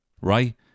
Right